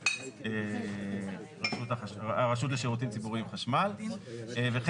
מקום אחר אלא פשוט יש לנו מסד נתונים שבדקנו וראינו